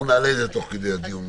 אנחנו נעלה את זה תוך כדי הדיון.